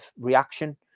reaction